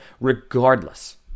Regardless